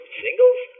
singles